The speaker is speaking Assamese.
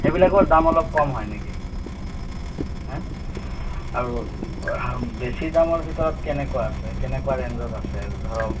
সেইবিলাকৰ দাম অলপ কম হয় নিকি হেঁ আৰু বেছি দামৰ ভিতৰত কেনেকুৱা আছে কেনেকুৱা ৰেঞ্জত আছে আৰু ধৰক